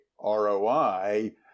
ROI